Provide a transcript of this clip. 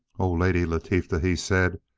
o lady latifa he said,